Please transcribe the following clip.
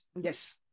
yes